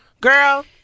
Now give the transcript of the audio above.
girl